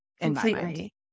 Completely